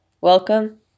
welcome